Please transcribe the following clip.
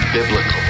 Biblical